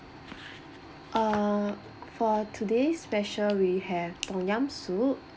uh for today's special we have tom yam soup